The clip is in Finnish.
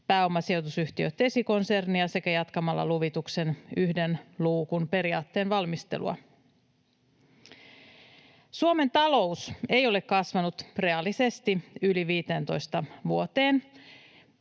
pääomasijoitusyhtiö Tesi-konsernia sekä jatkamalla luvituksen yhden luukun periaatteen valmistelua. Suomen talous ei ole kasvanut reaalisesti yli 15 vuoteen.